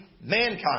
mankind